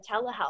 telehealth